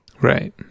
Right